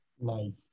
nice